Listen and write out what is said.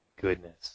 goodness